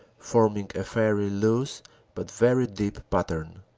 forming a fairly loose but very deep pattern.